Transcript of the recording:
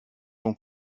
son